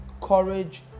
courage